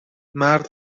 مرد